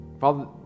Father